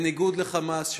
בניגוד ל"חמאס",